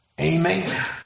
amen